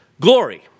glory